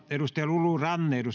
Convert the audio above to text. lulu ranne